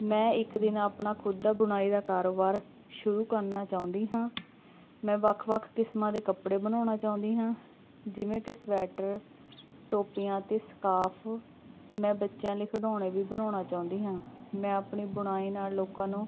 ਮੈਂ ਇੱਕ ਦਿਨ ਆਪਣਾ ਖੁਦ ਦਾ ਬੁਣਾਈ ਦਾ ਕਾਰੋਬਾਰ ਸ਼ੁਰੂ ਕਰਨਾ ਚਾਹੁੰਦੀ ਹਾਂ ਮੈਂ ਵੱਖ ਵੱਖ ਕਿਸਮਾਂ ਦੇ ਕੱਪੜੇ ਬਣਾਉਣਾ ਚਾਹੁੰਦੀ ਹਾਂ ਜਿਵੇਂ ਕਿ ਸਵੈਟਰ ਟੋਪੀਆਂ ਅਤੇ ਸਕਾਫ ਮੈਂ ਬੱਚਿਆਂ ਲਈ ਖਿਡੌਣੇ ਵੀ ਬਣਾਉਣਾ ਚਾਹੁੰਦੀ ਹਾਂ ਮੈਂ ਆਪਣੀ ਬੁਣਾਈ ਨਾਲ ਲੋਕਾਂ ਨੂੰ